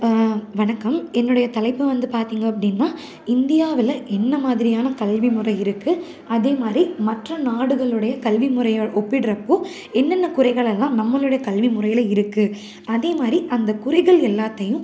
வணக்கம் என்னுடைய தலைப்பு வந்து பார்த்திங்க அப்படின்னா இந்தியாவில் என்ன மாதிரியான கல்வி முறை இருக்கு அதேமாதிரி மற்ற நாடுகளுடைய கல்வி முறையை ஒப்பிடுறப்போ என்னென்ன குறைகளெல்லாம் நம்மளுடைய கல்வி முறையில் இருக்கு அதேமாதிரி அந்த குறைகள் எல்லாத்தையும்